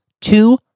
two